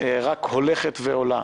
רק הולכת ועולה.